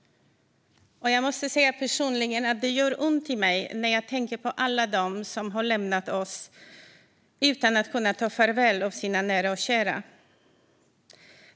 Jag måste säga personligen att det gör ont i mig när jag tänker på alla dem som har lämnat oss utan att kunna ta farväl av sina nära och kära.